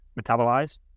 metabolize